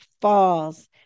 falls